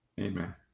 Amen